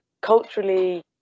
culturally